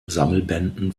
sammelbänden